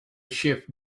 shift